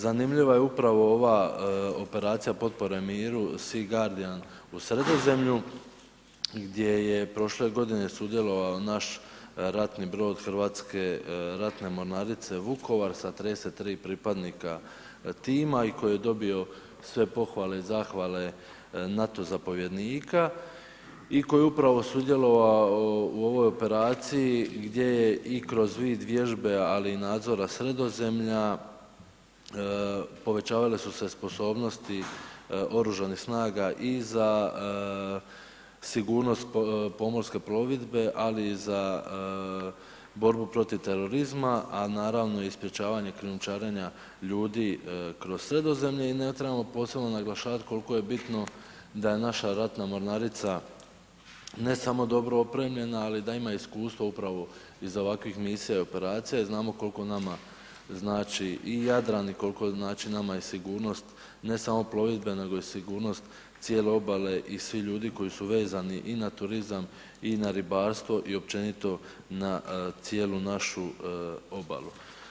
Zanimljiva je upravo ova operacija potpore miru, Sea Guardian u Sredozemlju gdje je prošle godine sudjelovao naš ratni brod Hrvatske ratne mornarice Vukovar sa 33 pripadnika tima i koji je dobio sve pohvale i zahvale NATO zapovjednika i koji je upravo sudjelovao u ovoj operaciji gdje je i kroz vid vježbe, ali i nadzora Sredozemlja, povećavale su se sposobnosti OSRH i za sigurnost pomorske plovidbe, ali i za borbu protiv terorizma, a naravno i sprječavanja krijumčarenja ljudi kroz Sredozemlje i ne trebamo posebno naglašavati koliko je bitno da je naša ratna mornarica, ne samo dobro opremljena, ali i da ima iskustva upravo i za ovakvih misija i operacija i znamo koliko nama znači i Jadran i koliko znači nama i sigurnost, ne samo plovidbe nego i sigurnost cijele obale i svi ljudi koji su vezani i na turizam i na ribarstvo i općenito na cijelu našu obalu.